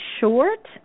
short